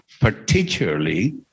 particularly